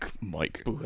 Mike